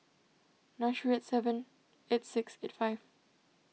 nine three eight seven eight six eight five